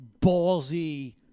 ballsy